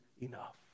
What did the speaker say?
enough